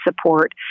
support